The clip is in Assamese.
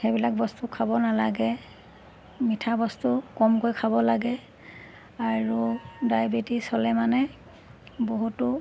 সেইবিলাক বস্তু খাব নালাগে মিঠা বস্তু কমকৈ খাব লাগে আৰু ডায়বেটিছ হ'লে মানে বহুতো